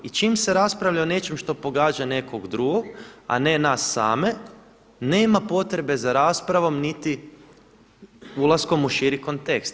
I čim se raspravlja o nečem što pogađa nekog drugog, a ne nas same nema potrebe za raspravom niti ulaskom u širi kontekst.